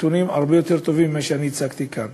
נתונים הרבה יותר טובים ממה שהצגתי כאן.